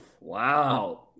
wow